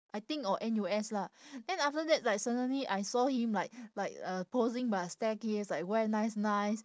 I think or N_U_S lah then after that like suddenly I saw him like like uh posing by a staircase like wear nice nice